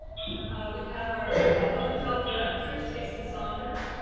ah we have our public health you know director stacy saunders,